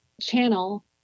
channel